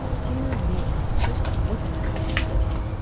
dear me, just look at that! said he.